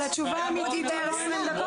על התשובה האמיתית היו לו 20 דקות.